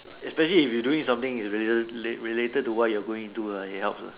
especially if you doing something is rela~ related to what you are going into lah it helps uh